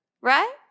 right